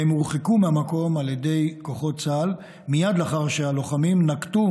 והם הורחקו מהמקום על ידי כוחות צה"ל מייד לאחר שהלוחמים נקטו